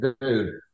dude